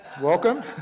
Welcome